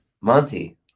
Monty